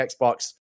Xbox